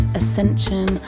ascension